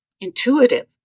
Intuitive